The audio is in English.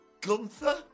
Gunther